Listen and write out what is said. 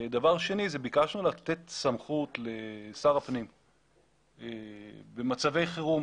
דבר שני, ביקשנו לתת סמכות לשר הפנים במצבי חירום